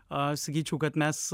aš sakyčiau kad mes